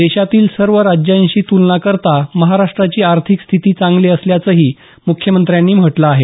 देशातील सर्व राज्यांशी तुलना करता महाराष्ट्राची आर्थिक स्थिती चांगली असल्याचंही मुख्यमंत्र्यांनी म्हटलं आहे